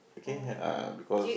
okay uh because